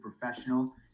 professional